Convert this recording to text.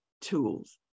tools